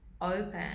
open